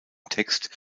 text